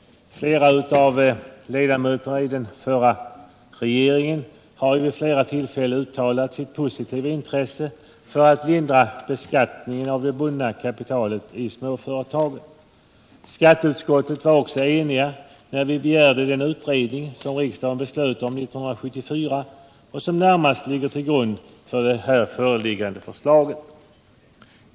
Flera av ledamöterna i den förra regeringen har ju vid flera tillfällen uttalat sitt positiva intresse för att lindra beskattningen av det bundna kapitalet i småföretagen. Skatteutskottet var också enigt när vi begärde den ut 63 redning som riksdagen beslöt om 1974 och som närmast ligger till grund för det föreliggande förslaget.